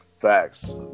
facts